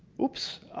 oops,